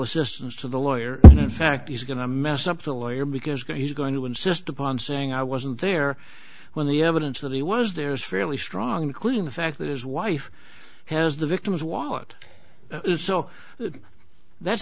assistance to the lawyer in fact is going to mess up the lawyer because going he's going to insist upon saying i wasn't there when the evidence that he was there is fairly strong including the fact that his wife has the victims while out so that's